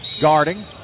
guarding